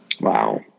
Wow